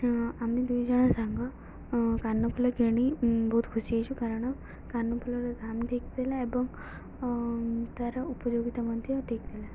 ଆମେ ଦୁଇଜଣ ସାଙ୍ଗ କାନଫୁଲ କିଣି ବହୁତ ଖୁସି ହେଇଛୁ କାରଣ କାନଫୁଲର ଦାମ ଠିକ୍ ଥିଲା ଏବଂ ତା'ର ଉପଯୋଗିତା ମଧ୍ୟ ଠିକ୍ ଥିଲା